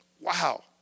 Wow